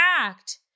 act